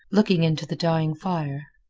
looking into the dying fire.